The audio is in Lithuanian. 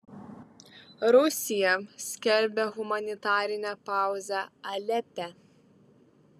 rusija skelbia humanitarinę pauzę alepe